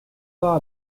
pas